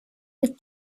with